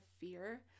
fear